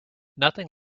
nothing